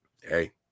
Hey